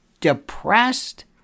depressed